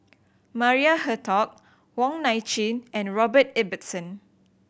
Maria Hertogh Wong Nai Chin and Robert Ibbetson